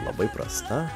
labai prasta